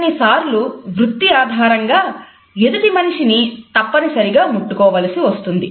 కొన్నిసార్లు వృత్తి ఆధారంగా ఎదుటి మనిషిని తప్పనిసరిగా ముట్టుకోవలసి వస్తుంది